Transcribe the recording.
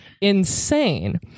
insane